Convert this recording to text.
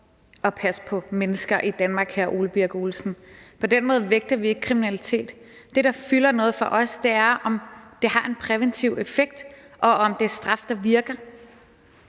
at passe på mennesker i Danmark, hr. Ole Birk Olesen. På den måde vægter vi ikke kriminalitet. Det, der fylder noget for os, er, om det har en præventiv effekt, og om det er straf, der virker.